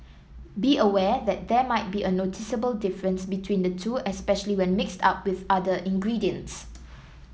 be aware that there might be a noticeable difference between the two especially when mixed up with other ingredients